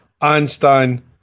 Einstein